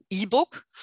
ebook